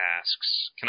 asks